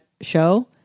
show